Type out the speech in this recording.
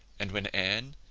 and when anne,